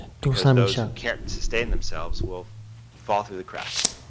because those who can't sustain themselves will fall through the cracks.